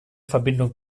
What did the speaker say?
verbindung